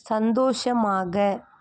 சந்தோஷமாக